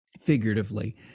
figuratively